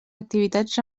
activitats